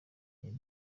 yari